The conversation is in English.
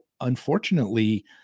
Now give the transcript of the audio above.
unfortunately